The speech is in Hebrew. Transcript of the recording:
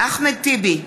אחמד טיבי,